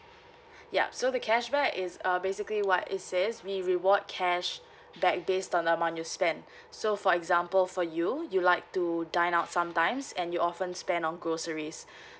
ya so the cashback is uh basically what it says we reward cash back based on the amount you spend so for example for you you like to dine out sometimes and you often spend on groceries